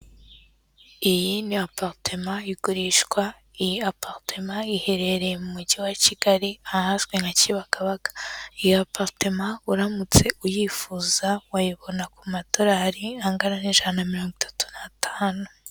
Iyi ni Apartement igurishwa, iyi Apartement iherereye mu mujyi wa Kigali aha ahazwi nka Kibakabaga iyi Apartement uramutse uyifuza wayibona ku madorari angana n'ijana na mirongo itatu n'atanu.